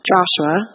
Joshua